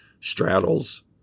straddles